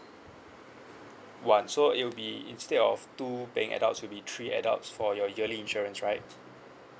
one so it will be instead of two paying adults it will be three adults for your yearly insurance right